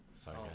Sorry